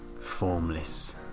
formless